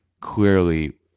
clearly